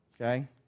Okay